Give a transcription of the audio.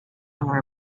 nor